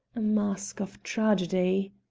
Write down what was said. a mask of tragedy.